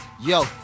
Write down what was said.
Yo